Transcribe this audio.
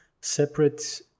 separate